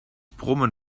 brummen